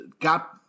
got